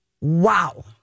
Wow